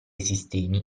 sistemi